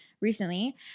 recently